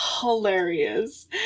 hilarious